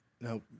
Now